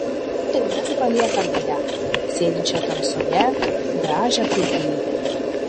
ir mes paliekame ją sėdinčią tamsoje gražią kaip deivę